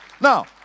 Now